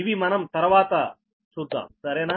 ఇవి మనం తర్వాత చూద్దాం సరేనా